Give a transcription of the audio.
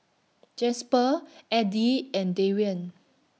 Jasper Edie and Darien